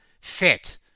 fit